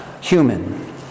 human